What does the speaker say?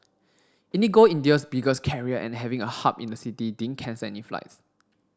IndiGo India's biggest carrier and having a hub in the city didn't cancel any flights